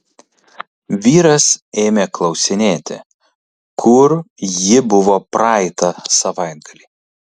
vyras ėmė klausinėti kur ji buvo praeitą savaitgalį